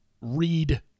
read